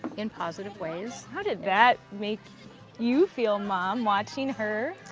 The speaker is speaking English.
in positive ways. how did that make you feel, mom, watching her?